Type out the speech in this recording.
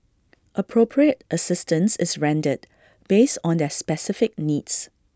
appropriate assistance is rendered based on their specific needs